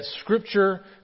Scripture